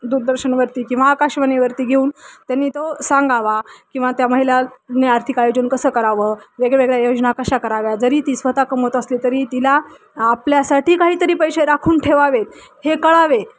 दूरदर्शनवरती किंवा आकाशवाणीवरती घेऊन त्यांनी तो सांगावा किंवा त्या महिलानी आर्थिक आयोजन कसं करावं वेगळ्या वेगळ्या योजना कशा कराव्या जरी ती स्वत कमवत असली तरी तिला आपल्यासाठी काहीतरी पैसे राखून ठेवावेत हे कळावे